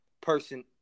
person